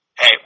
Hey